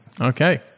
Okay